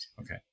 okay